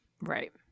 right